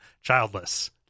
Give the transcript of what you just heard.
childless